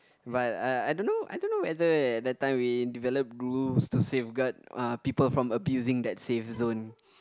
but I I don't know I don't know whether that time we develop rules to safeguard uh people from abusing that safe zone